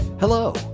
Hello